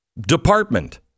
department